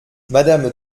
mme